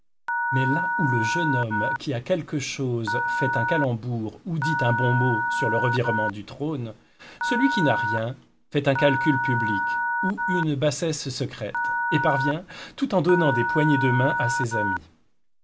mais là où le jeune homme qui a quelque chose fait un calembour ou dit un bon mot sur le revirement du trône celui qui n'a rien fait un calcul public ou une bassesse secrète et parvient tout en donnant des poignées de main à ses amis